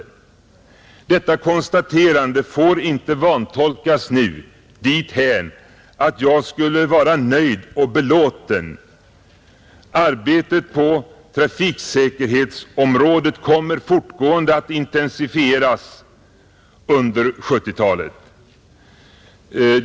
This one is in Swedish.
Detta konstaterande får inte vantolkas dithän att jag skulle vara nöjd och belåten. Arbetet på trafiksäkerhetsområdet kommer fortgående att intensifieras under 1970-talet.